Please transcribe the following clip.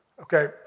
Okay